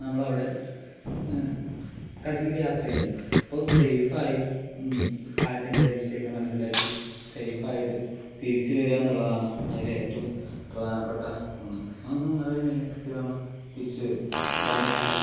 നമ്മളവിടെ കടലില് യാത്ര ചെയ്യുകയാണ് അപ്പോൾ സേഫായി കാറ്റിൻ്റെ ദിശയൊക്കെ മനസ്സിലാക്കി സേഫായിട്ട് തിരിച്ച് വരുകയെന്നുള്ളതാണ് അതിലേറ്റവും പ്രധാനപ്പെട്ട ഒന്ന് നമുക്ക് നിറയെ മീനെ കിട്ടി പറഞ്ഞാൽ തിരിച്ച് വരും ഇതാണ് നമ്മുടെ